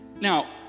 now